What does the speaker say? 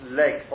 leg